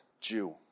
Jew